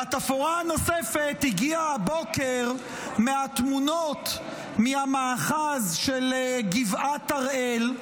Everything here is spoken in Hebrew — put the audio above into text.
והתפאורה נוספת הגיעה הבוקר מהתמונות מהמאחז של גבעת הראל,